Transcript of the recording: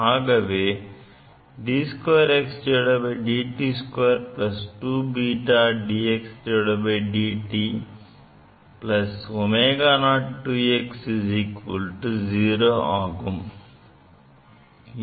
ஆகவே d2xdt2 2βdxdt ω02x 0 ஆகும்